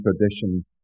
tradition